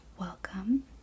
welcome